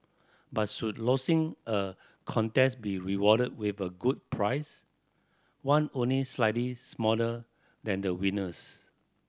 but should losing a contest be rewarded with a good prize one only slightly smaller than the winner's